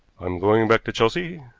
i'm going back to chelsea.